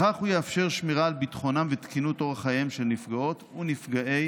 בכך הוא יאפשר שמירה על ביטחונם ותקינות אורח חייהם של נפגעות ונפגעי